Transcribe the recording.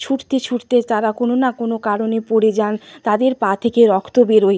ছুটতে ছুটতে তারা কোনো না কোনো কারণে পড়ে যান তাদের পা থেকে রক্ত বেরোয়